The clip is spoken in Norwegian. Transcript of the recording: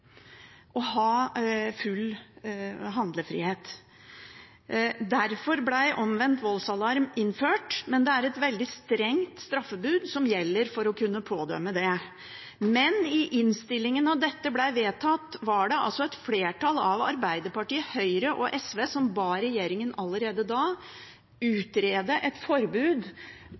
ha full handlefrihet. Derfor ble omvendt voldsalarm innført, men det er et veldig strengt straffebud som gjelder for å kunne pådømme det. I innstillingen, da dette ble vedtatt, var det et flertall av Arbeiderpartiet, Høyre og SV som ba regjeringen allerede da